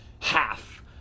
half